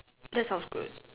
that sounds good